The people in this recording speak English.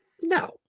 no